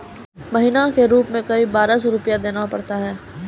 महीना के रूप क़रीब बारह सौ रु देना पड़ता है?